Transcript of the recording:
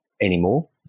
anymore